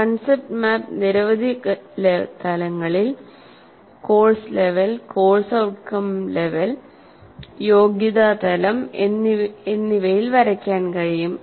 concept map നിരവധി തലങ്ങളിൽ course level course outcome നില യോഗ്യതാ തലം എന്നിവയിൽ വരയ്ക്കാൻ കഴിയും